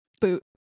Boot